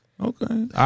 Okay